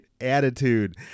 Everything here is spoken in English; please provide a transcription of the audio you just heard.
attitude